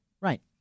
Right